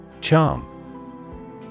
Charm